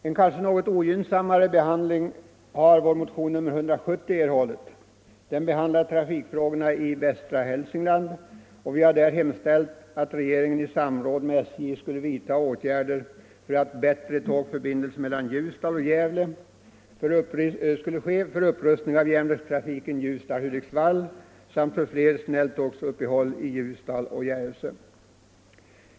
En kanske något ogynnsammare behandling har vår motion nr 170 erhållit. Den behandlar trafikfrågorna i västra Hälsingland, och vi har hemställt att regeringen i samråd med SJ skulle vidta åtgärder för att åstadkomma bättre tågförbindelser mellan Ljusdal och Gävle, för upprustning av järnvägstrafiken Ljusdal-Hudiksvall samt för fler snälltågsuppehåll i Ljusdal och Järvsö.